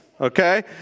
okay